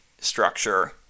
structure